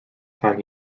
time